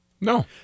No